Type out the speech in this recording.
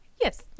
Yes